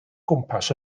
gwmpas